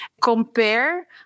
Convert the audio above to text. compare